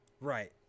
Right